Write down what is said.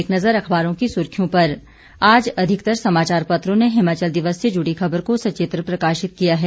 एक नज़र अखबारों की सुर्खियों पर आज अधिकतर समाचार पत्रों ने हिमाचल दिवस से जुड़ी खबर को सचित्र प्रकाशित किया है